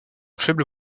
faible